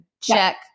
Check